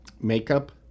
makeup